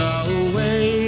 away